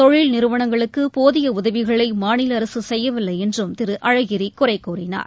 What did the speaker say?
தொழில் நிறுவனங்களுக்கு போதிய உதவிகளை மாநில அரசு செய்யவில்லை என்றும் திரு அழகிரி குறை கூறினார்